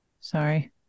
Sorry